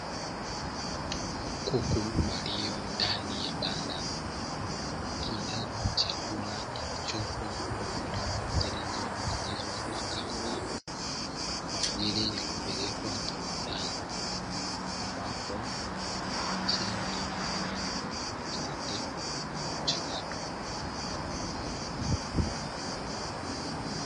Kuku walio ndani ya banda wakila chakula kilichopo kwenye ndoo zilizoning'inizwa kwa kamba, kwa ajili ya kupelekwa kiwandani ambapo huzalisha nyama ambazo husindikwa na kuchakatwa.